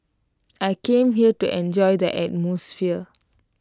I came here to enjoy the atmosphere